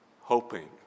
Hoping